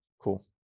Cool